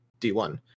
D1